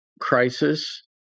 crisis